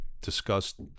discussed